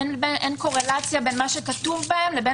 אין קורלציה בין מה שכתוב בהן לבין